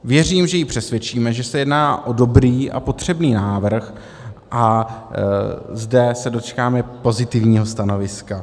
Věřím, že ji přesvědčíme, že se jedná o dobrý a potřebný návrh a zde se dočkáme pozitivního stanoviska.